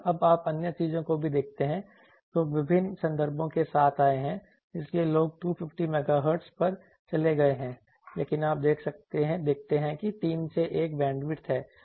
अब आप अन्य चीजों को भी देखते हैं लोग विभिन्न संदर्भों के साथ आए हैं इसलिए लोग 250 MHz पर चले गए हैं लेकिन आप देखते हैं कि 3 से 1 बैंडविड्थ है